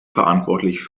verantwortlich